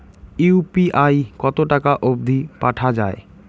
UPI কতো টাকা অব্দি পাঠা যায়?